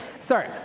sorry